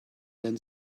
then